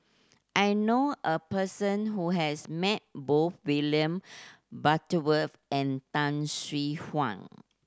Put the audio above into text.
I know a person who has met both William Butterworth and Tan Swie Hian